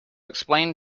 explain